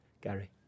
Gary